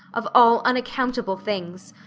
of all unaccountable things!